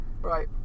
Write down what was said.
Right